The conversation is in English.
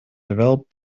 developed